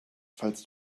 falls